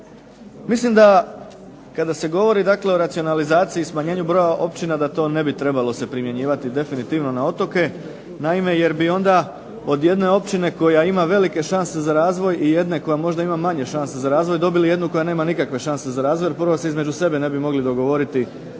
Mislim da kada se govori dakle o racionalizaciji i smanjenju broja općina da to ne bi trebalo se primjenjivati definitivno na otoke, naime jer bi onda od jedne općine koja ima velike šanse za razvoj i jedne koja možda ima manje šanse za razvoj dobili jednu koja nema nikakve šanse za razvoj jer prvo se između sebe ne bi mogli dogovoriti